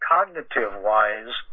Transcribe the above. cognitive-wise